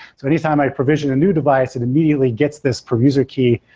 so anytime i provision a new device it immediately gets this per user key,